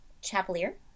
Chapelier